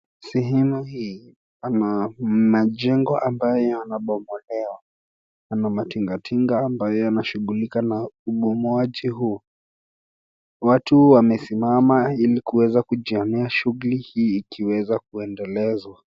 Sehemu hii pana majengo ambayo yanabomolewa. Pana matingatinga ambayo yanashughulika na ubomoaji huu. Watu wamesimama ili kuweza kujionea shughuli hii ikiweza kuendelezwa.